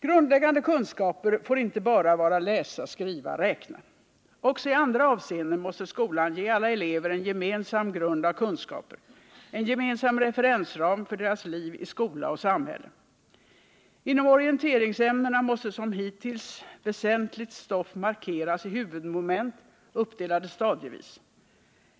Grundläggande kunskaper får inte bara vara läsa, skriva, räkna. Också i andra avseenden måste skolan ge alla elever en gemensam grund av kunskaper, en gemensam referensram för deras liv i skola och samhälle. Inom orienteringsämnena måste som hittills väsentligt stoff markeras i huvudmoment, uppdelade stadievis.